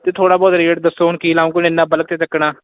ਅਤੇ ਥੋੜ੍ਹਾ ਬਹੁਤ ਰੇਟ ਦੱਸੋ ਹੁਣ ਕੀ ਲਾਓਂਗੇ ਹੁਣ ਐਨਾ ਬਲਕ 'ਚ ਚੁੱਕਣਾ